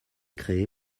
créée